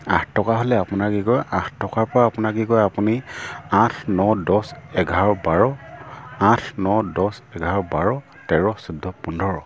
আঠ টকা হ'লে আপোনাৰ কি কয় আঠ টকাৰ পৰা আপোনাৰ কি কয় আপুনি আঠ ন দহ এঘাৰ বাৰ আঠ ন দছ এঘাৰ বাৰ তেৰ চৈধ্য পোন্ধৰ